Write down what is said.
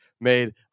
made